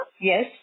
Yes